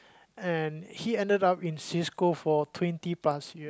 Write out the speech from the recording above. and he ended in Cisco for twenty plus year